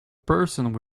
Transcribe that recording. person